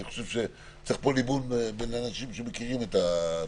חושב שצריך פה ליבון בין אנשים שמכירים את התחום.